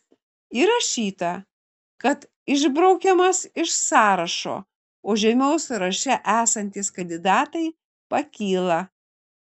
įrašyta kad išbraukiamas iš sąrašo o žemiau sąraše esantys kandidatai pakyla